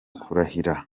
kurahira